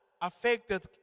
affected